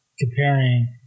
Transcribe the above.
comparing